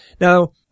Now